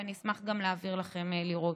ואני אשמח גם להעביר לכם לראות.